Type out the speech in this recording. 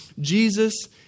Jesus